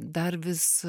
dar vis